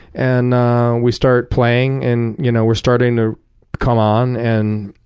and we start playing. and you know we're starting to come on and